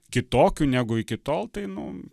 kitokių negu iki tol tai nu